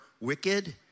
wicked